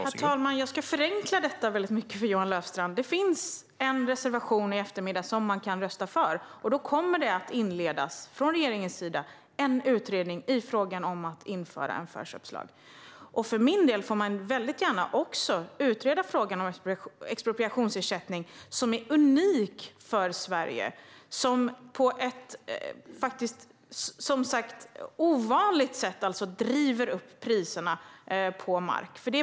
Herr talman! Jag ska förenkla detta mycket för Johan Löfstrand. Det finns en reservation som man kan rösta för i eftermiddag och som innebär att regeringen kommer att inleda en utredning av frågan om att införa en förköpslag. För min del får man gärna utreda också frågan om expropriationsersättning, som är unik för Sverige och som på ett ovanligt sätt driver upp priserna på mark.